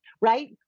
right